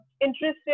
interested